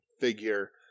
figure